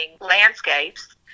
landscapes